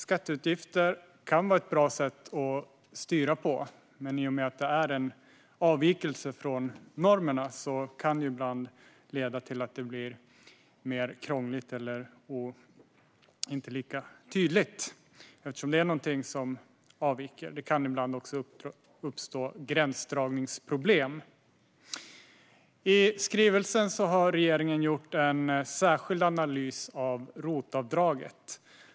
Skatteutgifter kan vara bra som styrmedel, men i och med att de innebär en avvikelse från normen kan det ibland leda till att det blir mer krångligt eller inte lika tydligt. Det kan ibland också uppstå gränsdragningsproblem. I skrivelsen har regeringen gjort en särskild analys av ROT-avdraget.